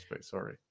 sorry